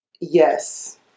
Yes